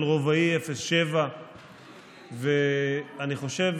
של רובאי 07. אני חושב,